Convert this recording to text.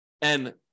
and-